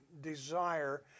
desire